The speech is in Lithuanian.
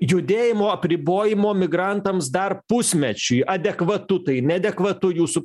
judėjimo apribojimo migrantams dar pusmečiui adekvatu tai ne adekvatu jūsų